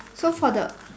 so for the